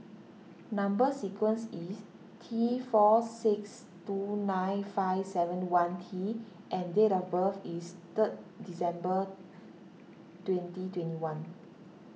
Number Sequence is T four six two nine five seven one T and date of birth is third December twenty twenty one